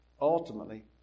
ultimately